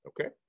okay